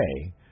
Okay